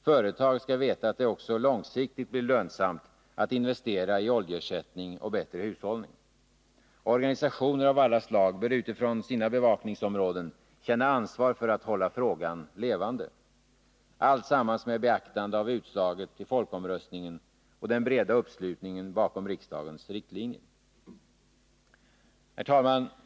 Företag skall veta att det också långsiktigt blir lönsamt att investera i oljeersättning och bättre hushållning. Organisationer av alla slag bör utifrån sina bevakningsområden känna ansvar för att hålla frågan levande, alltsammans med beaktande av utslaget i folkomröstningen och den breda uppslutningen bakom riksdagens riktlinjer. Herr talman!